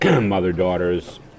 mother-daughters